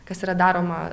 kas yra daroma